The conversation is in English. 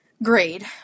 Grade